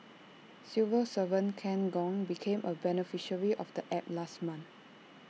civil servant Ken Gong became A beneficiary of the app last month